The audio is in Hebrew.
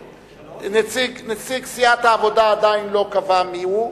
נציג סיעת קדימה חבר הכנסת שלמה מולה,